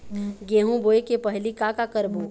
गेहूं बोए के पहेली का का करबो?